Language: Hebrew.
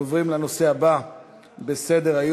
נעבור לנושא הבא בסדר-היום: